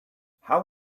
how